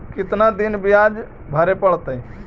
कितना दिन बियाज भरे परतैय?